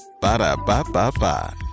Ba-da-ba-ba-ba